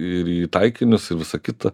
ir į taikinius ir visa kita